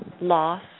loss